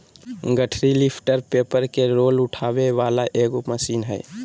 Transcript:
गठरी lifter paper के roll उठावे वाला एगो मशीन हइ